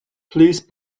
please